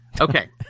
Okay